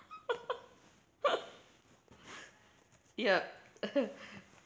yup